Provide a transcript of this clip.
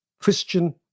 Christian